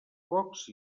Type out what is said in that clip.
focs